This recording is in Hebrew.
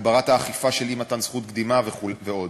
הגברת האכיפה של אי-מתן זכות קדימה ועוד.